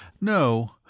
No